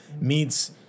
meets